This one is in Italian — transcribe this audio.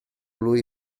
lui